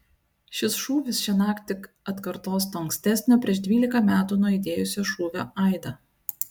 šis šūvis šiąnakt tik atkartos to ankstesnio prieš dvylika metų nuaidėjusio šūvio aidą